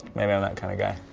maybe i'm that kind of guy.